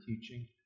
teaching